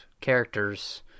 characters